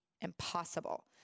impossible